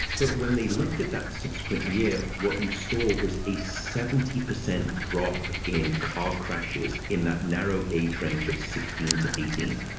but when they looked at that subsequent year, what you saw was a seventy percent drop in car crashes in that narrow age range of sixteen to eighteen